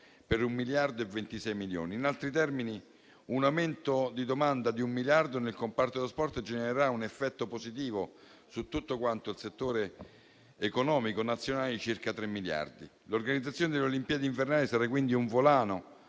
per un miliardo e 26 milioni. In altri termini, un aumento di domanda di un miliardo nel comparto dello sport genererà un effetto positivo su tutto quanto il settore economico nazionale di circa 3 miliardi. L'organizzazione delle Olimpiadi invernali sarà quindi un volano